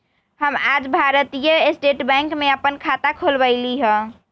हम आज भारतीय स्टेट बैंक में अप्पन खाता खोलबईली ह